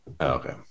Okay